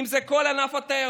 אם זה כל ענף התיירות,